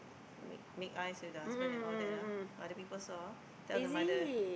make make eyes with the husband and all that ah other people saw tell the mother